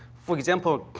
for example,